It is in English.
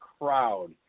crowd